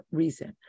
reason